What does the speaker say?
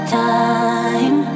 time